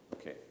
Okay